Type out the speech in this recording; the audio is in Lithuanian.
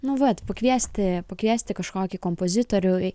nu vat pakviesti pakviesti kažkokį kompozitorių